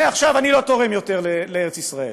מעכשיו אני לא תורם יותר לארץ ישראל,